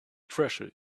treasure